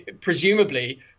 Presumably